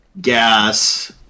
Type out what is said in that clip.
gas